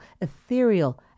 ethereal